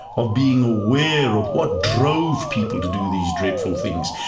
of being aware of what drove people to do these dreadful things,